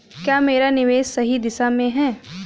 क्या मेरा निवेश सही दिशा में है?